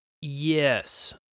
yes